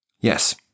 Yes